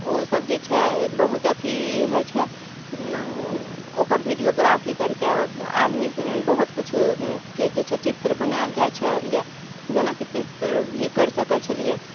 उ सब जे छै बहुत अथी होइ छै ओकर वीडियो ग्राफी करिके आदमी बहुत किछुके जे छै चित्र बनाओल जाइ छलियै जेनाकि चित्र भी करि सकय छलियै